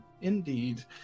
Indeed